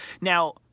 Now